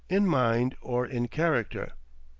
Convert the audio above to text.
in mind, or in character.